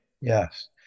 Yes